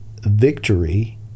victory